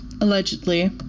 allegedly